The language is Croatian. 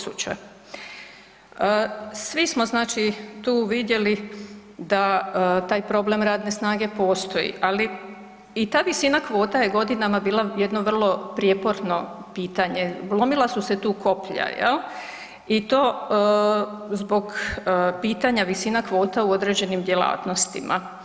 Svi smo znači tu vidjeli da taj problem radne snage postoji ali i ta visina kvota je godinama bila jedno vrlo prijeporno pitanje, lomila su se tu koplja, jel', i to zbog pitanja visina kvota u određenim djelatnostima.